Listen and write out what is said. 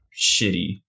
shitty